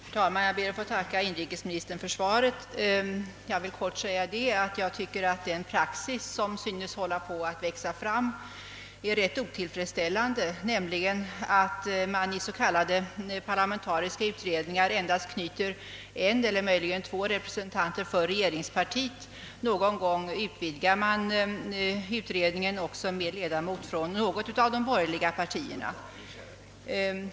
Herr talman! Jag ber att få tacka inrikesministern för svaret. Jag vill helt kort säga att jag tycker att den praxis som synes hålla på att växa fram är otillfredsställande. Till s.k. parlamentariska utredningar knyter man endast en eller möjligen två representanter för regeringspartiet. Någon gång utvidgar man utredningen med en ledamot från något av de borgerliga partierna.